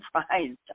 surprised